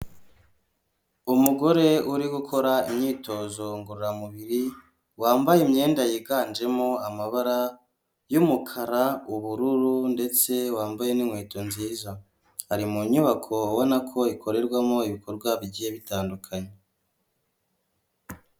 Umugore uri gukora imyitozo ngororamubiri wambaye imyenda yiganjemo amabara y'umukara ubururu ndetse wambaye n'inkweto nziza ari mu nyubako abona ko ikorerwamo ibikorwa bigiye bitandukanye.